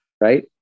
Right